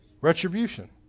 retribution